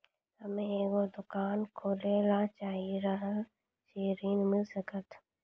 हम्मे एगो दुकान खोले ला चाही रहल छी ऋण मिल सकत?